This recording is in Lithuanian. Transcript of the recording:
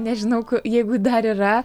nežinau jeigu dar yra